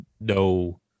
no